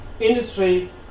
industry